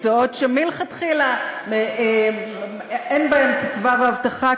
מקצועות שמלכתחילה אין בהם תקווה והבטחה,